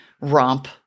romp